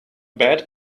bad